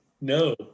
no